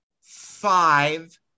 five